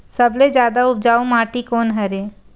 सबले जादा उपजाऊ माटी कोन हरे?